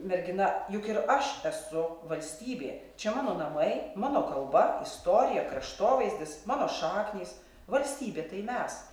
mergina juk ir aš esu valstybė čia mano namai mano kalba istorija kraštovaizdis mano šaknys valstybė tai mes